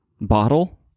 Bottle